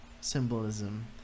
symbolism